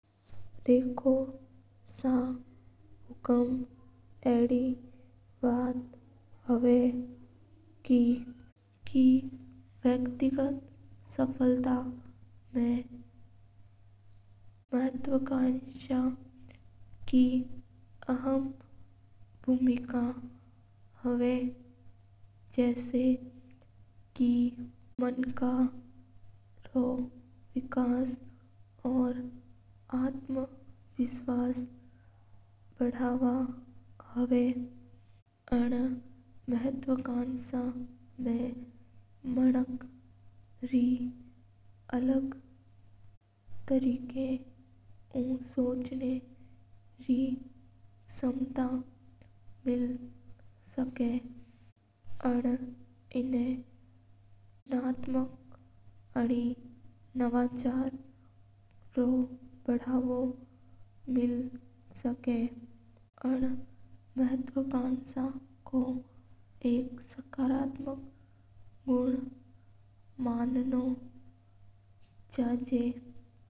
देखो सा हुकूम अडी बात हवे के व्यक्तिगत समानता मा महत्वकांक्षा रै अहम भूमिका हवे हा। जसा के मानक रो विकास और आत्मविश्वास बढ़ या करै हा। आणा महत्वाकांक्षा यु सोच ना रै बे समानता बढ़ या करै ह और सब लोगा नै महत्वकांक्षा राख नै जोई जे हा।